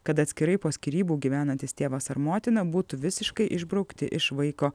kad atskirai po skyrybų gyvenantis tėvas ar motina būtų visiškai išbraukti iš vaiko